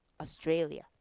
Australia